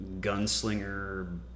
gunslinger